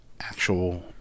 actual